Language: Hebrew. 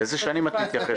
לאיזה שנים את מתייחסת?